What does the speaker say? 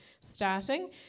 starting